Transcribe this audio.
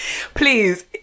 Please